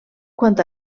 quant